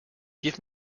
give